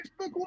Facebook